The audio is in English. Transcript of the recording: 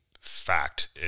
fact